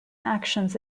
actions